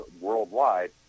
worldwide